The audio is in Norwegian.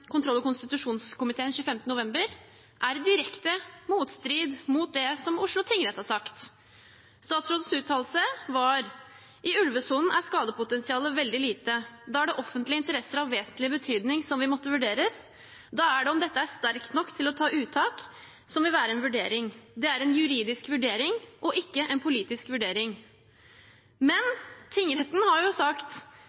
kontroll- og konstitusjonskomiteen 25. november er i direkte motstrid til det som Oslo tingrett har sagt. Statsrådens uttalelse var: «I ulvesonen er skadepotensialet veldig lite. Da er det offentlige interesser av vesentlig betydning som må vurderes. Da er det om dette er sterkt nok til å ta uttak, som vil være en vurdering. Det er en juridisk vurdering og ikke en politisk vurdering.» Men